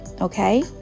okay